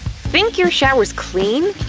think your shower's clean?